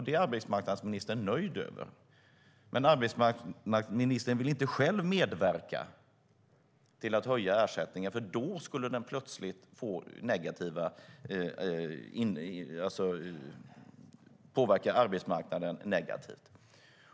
Det är arbetsmarknadsministern nöjd med. Men arbetsmarknadsministern vill inte själv medverka till att höja ersättningen, för då skulle den plötsligt påverka arbetsmarknaden negativt.